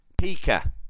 Pika